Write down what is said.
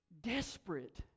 desperate